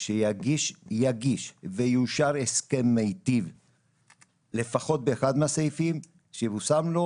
שיגיש ויאושר הסכם מיטיב לפחות באחד מהסעיפים - שיבושם לו,